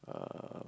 uh